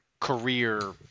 career